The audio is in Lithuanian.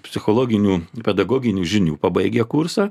psichologinių pedagoginių žinių pabaigę kursą